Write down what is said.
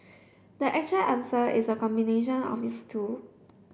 the actual answer is a combination of these two